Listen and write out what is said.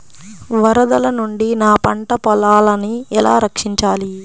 వరదల నుండి నా పంట పొలాలని ఎలా రక్షించాలి?